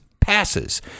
passes